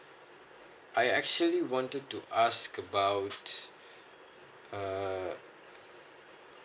I actually wanted to ask about uh